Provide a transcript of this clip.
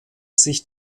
sich